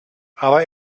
aber